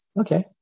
okay